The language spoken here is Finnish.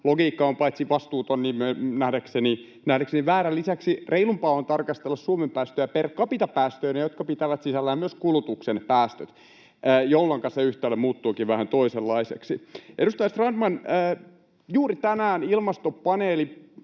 logiikka on paitsi vastuuton myös nähdäkseni väärä. Lisäksi reilumpaa on tarkastella Suomen päästöjä per capita -päästöinä, jotka pitävät sisällään myös kulutuksen päästöt, jolloinka se yhtälö muuttuukin vähän toisenlaiseksi. Edustaja Strandman, juuri tänään Ilmastopaneeli